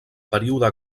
període